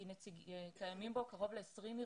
כי קיימים בו קרוב ל-20 ארגונים,